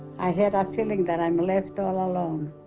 i had a feeling that i'm left all alone